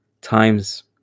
times